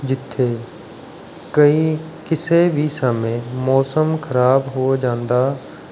ਜਿੱਥੇ ਕਈ ਕਿਸੇ ਵੀ ਸਮੇਂ ਮੌਸਮ ਖਰਾਬ ਹੋ ਜਾਂਦਾ